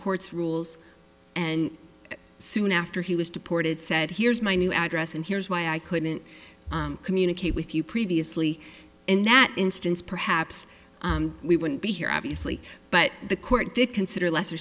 court's rules and soon after he was deported said here's my new address and here's why i couldn't communicate with you previously and that instance perhaps we wouldn't be here obviously but the court did consider lesser